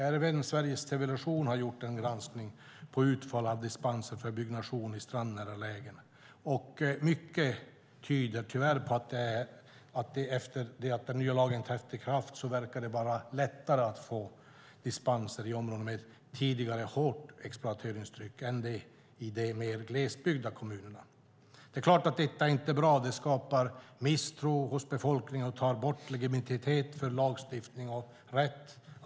Även Sveriges Television har gjort en granskning av utfall av dispenser för byggnation i strandnära lägen, och mycket tyder tyvärr på att det efter att den nya lagen trätt i kraft verkar vara lättare att få dispenser i områden med tidigare hårt exploateringstryck än i de mer glesbebyggda kommunerna. Det är klart att detta inte är bra. Det skapar misstro hos befolkningen och tar bort legitimitet för lagstiftningen.